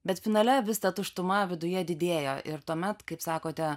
bet finale vis ta tuštuma viduje didėjo ir tuomet kaip sakote